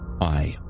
I